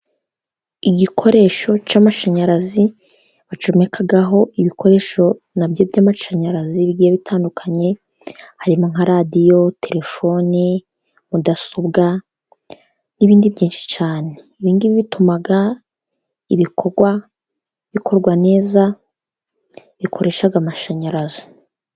Igikoresho cy'amashanyarazi bacomekaho ibikoresho na byo by'amashanyarazi bigiye bitandukanye, harimo nka radiyo, telefoni, mudasobwa n'ibindi byinshi cyane, ibi ngibi bituma ibikorwa bikorwa neza bikoresha amashanyarazi.